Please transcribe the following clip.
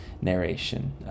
narration